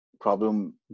problem